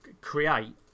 create